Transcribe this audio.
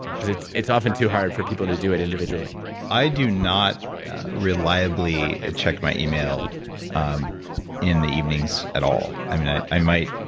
because it's it's often too hard for people to do it individually i do not reliably ah check my email um in the evenings at all. i mean, i i might,